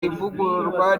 ivugururwa